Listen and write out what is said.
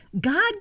God